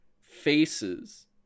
faces